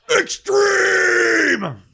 Extreme